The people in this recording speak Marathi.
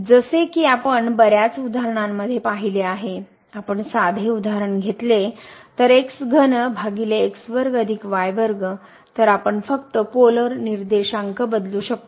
जसे की आपण बर्याच उदाहरणांमध्ये पाहिले आहे आपण साधे उदाहरण घेतले तर तर आपण फक्त पोलर निर्देशांक बदलू शकतो